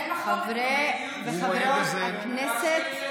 אתם רואים, חברי וחברות הכנסת,